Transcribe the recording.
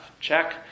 Check